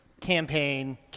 campaign